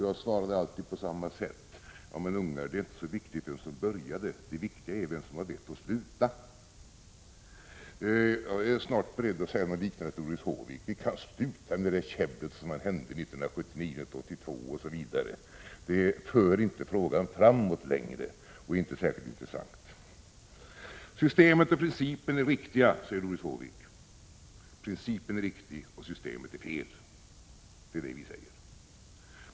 Jag svarade alltid på samma sätt: Ja, men ungar, det är inte så viktigt vem som började, det viktiga är vem som har vett att sluta. Jag är snart beredd att säga något liknande till Doris Håvik. Ni kan sluta med det där käbblet om vad som hände 1979-1982 osv. Det för inte frågan framåt längre och är inte särskilt intressant. Systemet och principen är riktiga, säger Doris Håvik. Principen är riktig, och systemet är fel, säger vi.